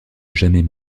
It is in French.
jamais